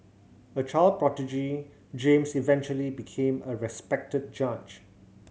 a child prodigy James eventually became a respected judge